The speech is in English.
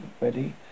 ready